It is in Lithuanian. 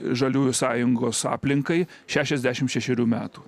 žaliųjų sąjungos aplinkai šešiasdešimt šešerių metų